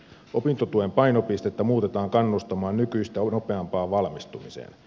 opintotuen painopistettä muutetaan kannustamaan nykyistä nopeampaan valmistumiseen